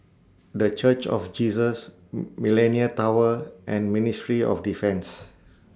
The Church of Jesus Millenia Tower and Ministry of Defence